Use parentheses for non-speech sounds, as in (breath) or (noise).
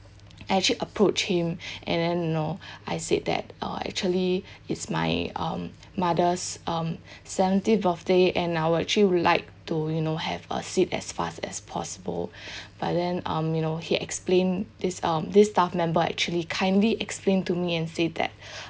I actually approach him (breath) and then you know I said that uh actually it's my um mother's um seventy birthday and I would actually would like to you know have a seat as fast as possible (breath) but then um you know he explain this um this staff member actually kindly explain to me and said that